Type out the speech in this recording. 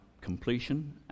completion